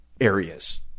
areas